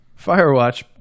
Firewatch